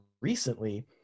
recently